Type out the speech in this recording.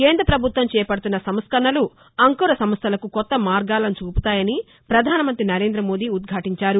కేంద్ర పభుత్వం చేపడుతోన్న సంస్కరణలు అంకుర సంస్థలకు కొత్త మార్గాలను చూపుతాయని పధానమంతి నరేంద మోదీ ఉదాటించారు